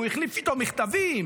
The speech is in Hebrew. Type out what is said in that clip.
הוא החליף איתו מכתבים,